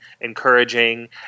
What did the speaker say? encouraging